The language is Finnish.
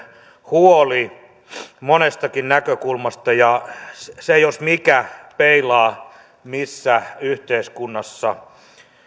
huoli ylivelkaantumisesta monestakin näkökulmasta ja se jos mikä peilaa sitä missä yhteiskunnassa